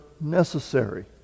necessary